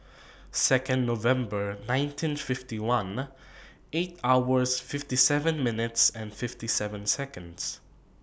Second November nineteen fifty one eight hours fifty seven minutes and fifty seven Seconds